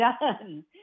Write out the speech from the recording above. done